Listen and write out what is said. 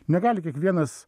negali kiekvienas